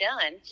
done